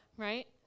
right